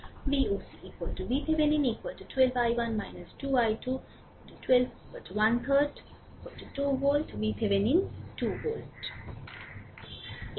Voc VThevenin 12 i1 2 i2 মানে 12 গুন 1 3 অর্থাৎ 2 গুন 1 2 volt তাই VThevenin 2 volt